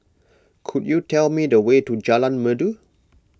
could you tell me the way to Jalan Merdu